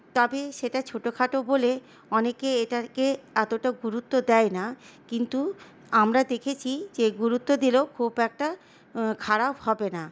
তবে সেটা ছোটখাটো বলে অনেকে এটাকে এতটা গুরুত্ব দেয় না কিন্তু আমরা দেখেছি যে গুরুত্ব দিলেও খুব একটা খারাপ হবে না